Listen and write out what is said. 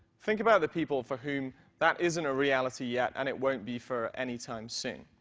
think about the people for whom that isn't a reality yet and it won't be for anytime soon.